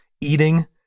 eating